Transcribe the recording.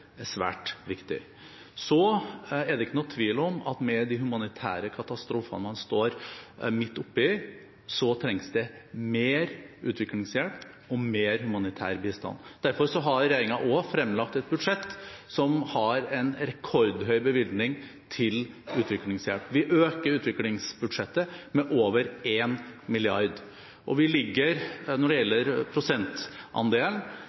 er svært viktig. Det er ikke noen tvil om at med de humanitære katastrofene man står midt oppe i, så trengs det mer utviklingshjelp og mer humanitær bistand. Derfor har regjeringen fremlagt et budsjett som har en rekordhøy bevilgning til utviklingshjelp. Vi øker utviklingsbudsjettet med over 1 mrd. kr. Når det gjelder prosentandelen, ligger vi rundt det